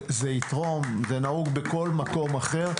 זה נהוג בכל מקום אחר.